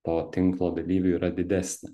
to tinklo dalyviui yra didesnė